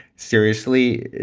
seriously,